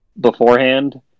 beforehand